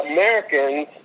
Americans